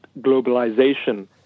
globalization